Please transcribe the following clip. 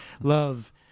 love